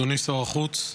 אדוני שר החוץ,